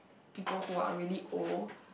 people who are really old